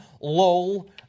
LOL